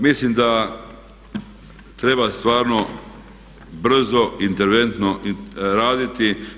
Mislim da treba stvarno brzo, interventno raditi.